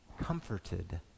comforted